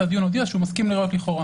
הדיון הודיע שהוא מסכים לראיות לכאורה.